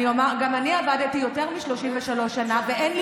אני לא איכנס לפרטים ואשאל אותך מהי